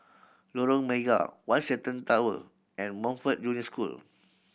Lorong Mega One Shenton Tower and Montfort Junior School